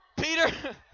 Peter